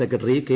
secretary K